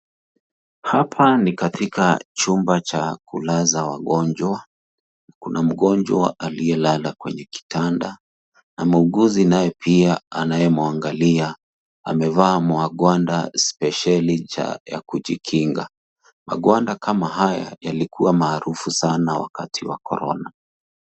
Hapa ni katika chumba cha kulaza wagonjwa kuna mgonjwa aliyelala kwenye kitanda na muuguzi naye pia anayemwangalia amevaa magwanda speceli cha kujikinga magwanda kama haya yalikua maarufu sana wakati wa corona.